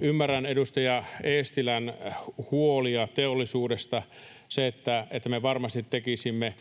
Ymmärrän edustaja Eestilän huolia teollisuudesta, sen, että me varmasti tekisimme